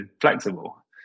flexible